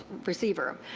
receiver.